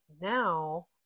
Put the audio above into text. now